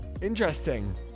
interesting